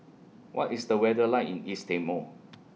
What IS The weather like in East Timor